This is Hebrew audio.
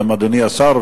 וגם אדוני השר,